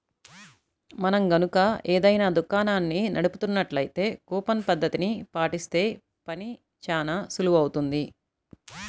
మనం గనక ఏదైనా దుకాణాన్ని నడుపుతున్నట్లయితే కూపన్ పద్ధతిని పాటిస్తే పని చానా సులువవుతుంది